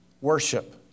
worship